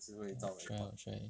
I'll try I'll try